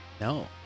No